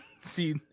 see